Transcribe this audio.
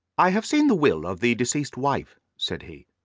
i have seen the will of the deceased wife, said he.